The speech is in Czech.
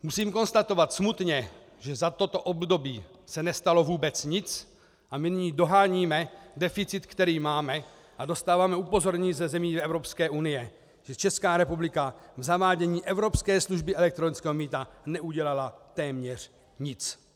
Musím smutně konstatovat, že za toto období se nestalo vůbec nic a nyní doháníme deficit, který máme, a dostáváme upozornění ze zemí Evropské unie, že Česká republika v zavádění evropské služby elektronického mýta neudělala téměř nic.